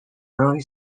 early